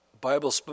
Bible